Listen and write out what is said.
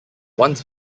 once